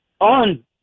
on